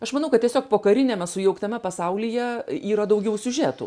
aš manau kad tiesiog pokariniame sujauktame pasaulyje yra daugiau siužetų